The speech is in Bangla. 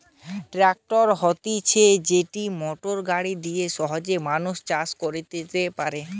ট্র্যাক্টর হতিছে যেটি মোটর গাড়ি দিয়া সহজে মানুষ চাষ কইরতে পারে